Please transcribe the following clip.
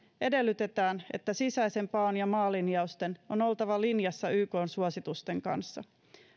edellytetään että sisäisen paon ja maalinjausten on oltava linjassa ykn suositusten kanssa